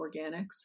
Organics